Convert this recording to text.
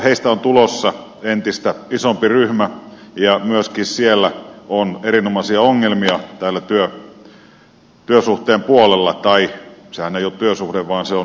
heistä on tulossa entistä isompi ryhmä ja myöskin siellä on erinomaisia ongelmia täällä työsuhteen puolella tai sehän ei ole työsuhde vaan se on normaali yrityssuhde